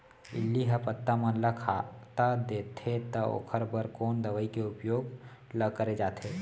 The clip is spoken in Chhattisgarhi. इल्ली ह पत्ता मन ला खाता देथे त ओखर बर कोन दवई के उपयोग ल करे जाथे?